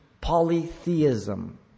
polytheism